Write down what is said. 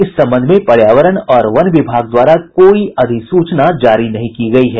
इस संबंध में पर्यावरण और वन विभाग द्वारा कोई अधिसूचना जारी नहीं की गयी है